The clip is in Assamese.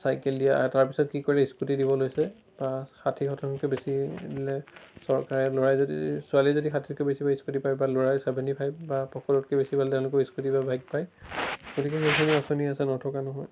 চাইকেল দিয়া আৰু তাৰ পিছত কি কৰে স্কুটী দিব লৈছে তাৰ পৰা ষাঠি শতাংশতকৈ বেছি দিলে চৰকাৰে ল'ৰাই যদি ছোৱালীয়ে যদি ষাঠিতকৈ বেছি পায় স্কুটী পায় বা ল'ৰাই ছেভেণ্টি ফাইভ বা ওপৰতকৈ বেছি পালে তেওঁলোকেও স্কুটী বা বাইক পায় গতিকে বহুখিনি আঁচনি আছে নথকা নহয়